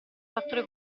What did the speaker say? fattore